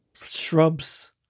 shrubs